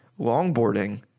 longboarding